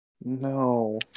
No